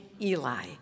Eli